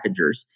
packagers